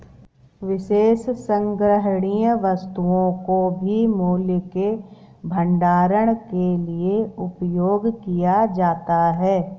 विशेष संग्रहणीय वस्तुओं को भी मूल्य के भंडारण के लिए उपयोग किया जाता है